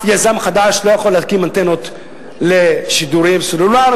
שום יזם חדש לא יכול להקים אנטנות לשידורי סלולר,